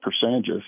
percentages